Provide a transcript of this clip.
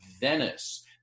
Venice